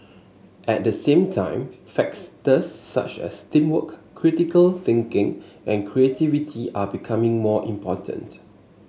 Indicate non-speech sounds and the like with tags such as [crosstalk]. at the same time [unintelligible] such as teamwork critical thinking and creativity are becoming more important